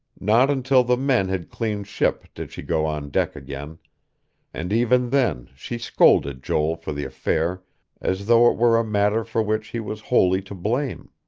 not until the men had cleaned ship did she go on deck again and even then she scolded joel for the affair as though it were a matter for which he was wholly to blame.